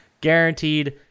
guaranteed